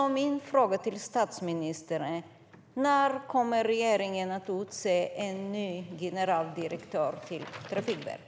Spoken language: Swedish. Min fråga till statsministern är: När kommer regeringen att utse en ny generaldirektör för Trafikverket?